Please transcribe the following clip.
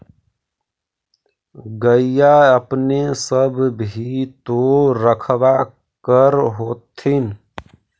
गईया अपने सब भी तो रखबा कर होत्थिन?